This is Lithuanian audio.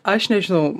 aš nežinau